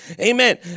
Amen